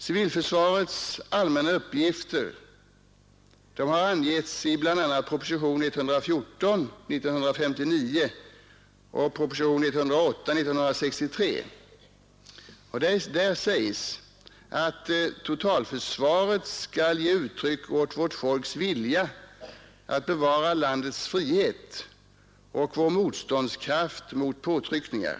Civilförsvarets allmänna uppgifter har angetts i bl.a. propositionen 114 år 1959 och 108 år 1963. I den sistnämnda sägs att totalförsvaret ”skall ge uttryck åt vårt folks vilja att bevara landets frihet och vår motståndskraft mot påtryckningar”.